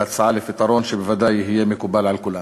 והצעה לפתרון שבוודאי יהיה מקובל על כולם.